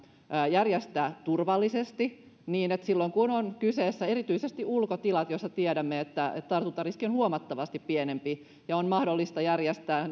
järjestää turvallisesti niin että silloin kun on kyseessä erityisesti ulkotilat joista tiedämme että tartuntariski on huomattavasti pienempi ja kun on mahdollista järjestää